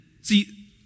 see